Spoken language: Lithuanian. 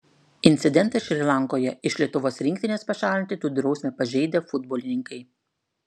incidentas šri lankoje iš lietuvos rinktinės pašalinti du drausmę pažeidę futbolininkai